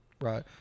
Right